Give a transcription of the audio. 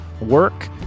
work